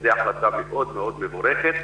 זו החלטה מאוד מאוד מבורכת.